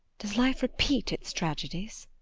does life repeat its tragedies?